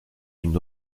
une